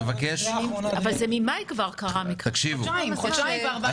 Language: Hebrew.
אבל המקרה היה כבר בחודש מאי, לפני חודשיים.